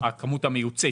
זאת הכמות המיוצאת.